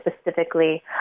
specifically